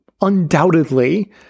undoubtedly